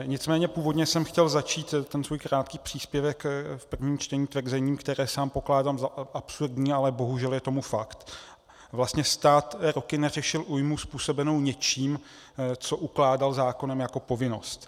Nicméně původně jsem chtěl začít ten svůj krátký příspěvek v prvním čtení tvrzením, které sám pokládám za absurdní, ale bohužel je tomu fakt, vlastně stát roky neřešil újmu způsobenou něčím, co ukládal zákonem jako povinnost.